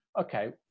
okay